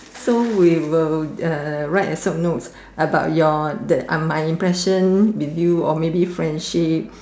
so we will uh write a short note about your that uh my impression with you or maybe friendship